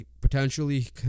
potentially